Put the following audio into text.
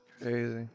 Crazy